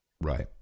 Right